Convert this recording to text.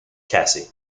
cassie